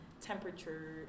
Temperature